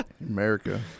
America